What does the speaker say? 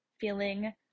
feeling